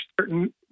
certain